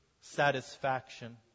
satisfaction